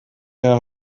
der